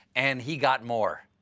and he got more.